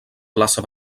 plaça